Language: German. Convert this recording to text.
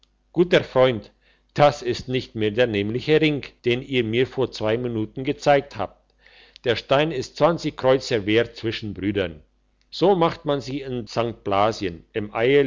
guter freund das ist nicht mehr der nämliche ring den ihr mir vor zwei minuten gezeigt habt dieser stein ist zwanzig kreuzer wert zwischen brüdern so macht man sie bei sankt blasien im